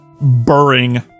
burring